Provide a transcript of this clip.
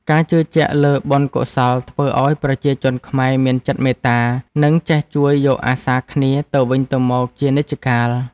ការជឿជាក់លើបុណ្យកុសលធ្វើឱ្យប្រជាជនខ្មែរមានចិត្តមេត្តា និងចេះជួយយកអាសាគ្នាទៅវិញទៅមកជានិច្ចកាល។